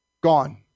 Gone